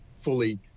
fully